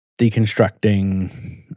deconstructing